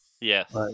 Yes